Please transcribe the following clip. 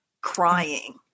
crying